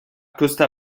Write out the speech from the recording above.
costa